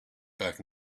back